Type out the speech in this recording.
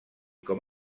com